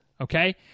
Okay